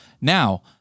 now